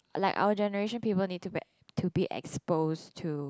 like our generation people need to back to be exposed to